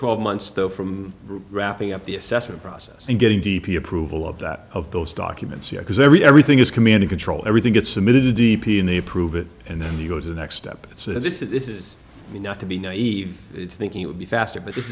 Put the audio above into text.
twelve months though from wrapping up the assessment process and getting d p approval of that of those documents because every everything is commanding control everything gets submitted a d p and they approve it and then go to the next step it's not to be naive thinking it would be faster but this